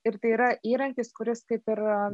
ir tai yra įrankis kuris kaip ir